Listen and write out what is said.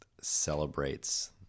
celebrates